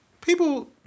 People